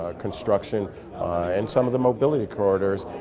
ah construction and some of the mobility corridors,